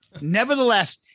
nevertheless